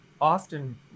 Often